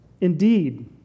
Indeed